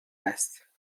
است